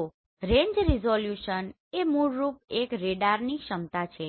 તો range resolution એ મૂળ રૂપે એક રેડારની ક્ષમતા છે